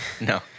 No